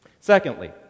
Secondly